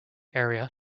area